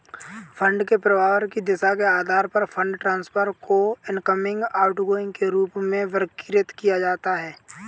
fund के प्रवाह की दिशा के आधार पर फंड ट्रांसफर को इनकमिंग, आउटगोइंग के रूप में वर्गीकृत किया जाता है